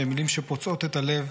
במילים שפוצעות את הלב,